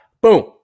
Boom